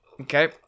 Okay